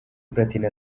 platini